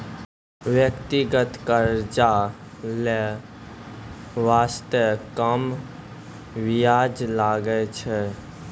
व्यक्तिगत कर्जा लै बासते कम बियाज लागै छै